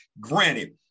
Granted